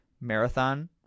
marathon